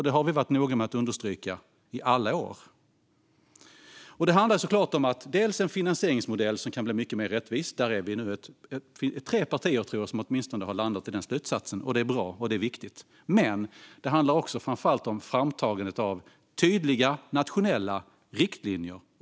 Det har vi varit noga med att understryka i alla år. Det handlar såklart om en finansieringsmodell som kan bli mycket mer rättvis. Jag tror att vi nu är åtminstone tre partier som har landat i den slutsatsen. Det är bra, och det är viktigt. Men det handlar också framför allt om framtagandet av tydliga nationella riktlinjer.